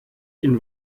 ihn